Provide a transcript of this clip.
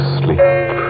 sleep